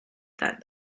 that